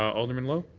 alderman lowe?